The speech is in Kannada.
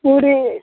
ಹ್ಞೂ ರೀ